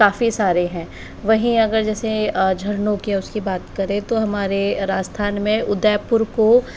काफ़ी सारे हैं वहीं अगर जैसे झरनों की या उसकी बात करें तो हमारे राजस्थान में उदयपुर को